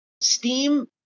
Steam